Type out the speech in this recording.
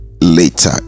later